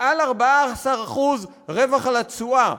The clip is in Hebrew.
מעל 14% רווח על התשואה,